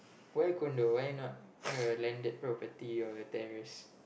why condo why not uh landed property or a terrace